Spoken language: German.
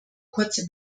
kurze